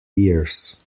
years